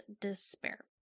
despair